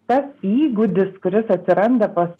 tas įgūdis kuris atsiranda pas